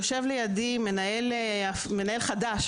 יושב לידי מנהל חדש,